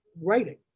writing